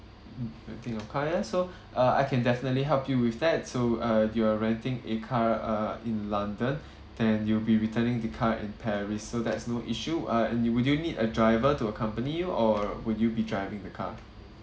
mm renting your car ya so uh I can definitely help you with that so uh you are renting a car uh in london then you'll be returning the car in paris so that's no issue uh and you would you need a driver to accompany you or would you be driving the car